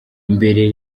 mbere